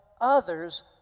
others